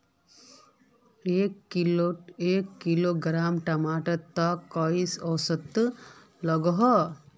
एक किलोग्राम टमाटर त कई औसत लागोहो?